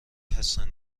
هستن